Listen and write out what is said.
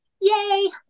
Yay